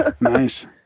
Nice